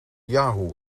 yahoo